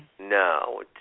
No